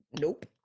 Nope